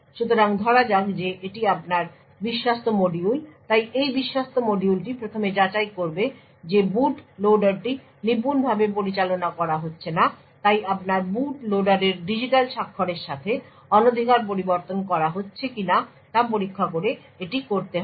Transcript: সুতরাং ধরা যাক যে এটি আপনার বিশ্বস্ত মডিউল তাই এই বিশ্বস্ত মডিউলটি প্রথমে যাচাই করবে যে বুট লোডারটি নিপুণভাবে পরিচালনা করা হচ্ছে না তাই আপনার বুট লোডারের ডিজিটাল স্বাক্ষরের সাথে অনধিকার পরিবর্তন করা হচ্ছে কিনা তা পরীক্ষা করে এটি করতে হবে